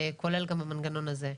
כולל גם המנגנון הזה.